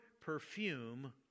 perfume